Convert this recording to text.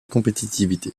compétitivité